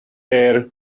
air